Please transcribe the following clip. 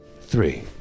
Three